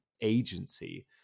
agency